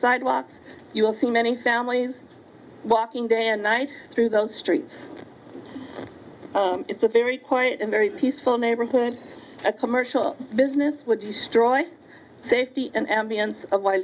sidewalks you will see many families walking day and night through those streets it's a very quiet and very peaceful neighborhood a commercial business would destroy the safety and ambiance of